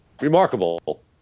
remarkable